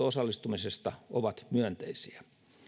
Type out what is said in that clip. osallistumisesta ovat myönteisiä